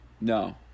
no